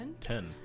Ten